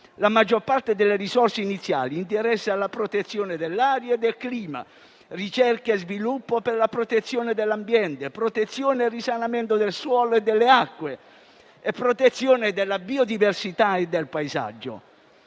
La maggior parte delle risorse iniziali interessa la protezione dell'area e del clima, ricerca e sviluppo per la protezione dell'ambiente, protezione e risanamento del suolo e delle acque, protezione della biodiversità e del paesaggio.